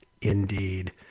indeed